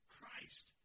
Christ